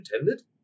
intended